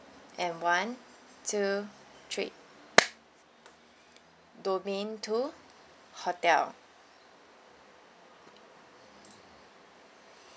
and one two three domain two hotel